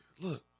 look